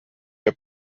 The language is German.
der